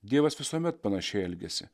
dievas visuomet panašiai elgiasi